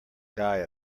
guy